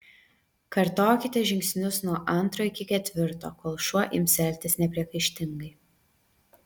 kartokite žingsnius nuo antro iki ketvirto kol šuo ims elgtis nepriekaištingai